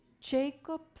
Jacob